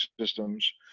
systems